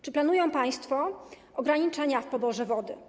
Czy planują państwo ograniczenia w poborze wody?